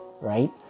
right